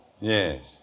Yes